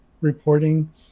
reporting